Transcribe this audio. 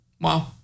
wow